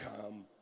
come